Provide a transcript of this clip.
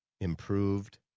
improved